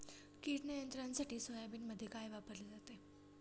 कीड नियंत्रणासाठी सोयाबीनमध्ये काय वापरले जाते?